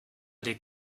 les